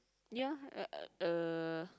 ya uh uh